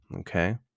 okay